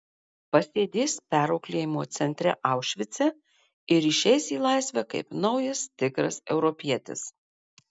pasėdės perauklėjimo centre aušvice ir išeis į laisvę kaip naujas tikras europietis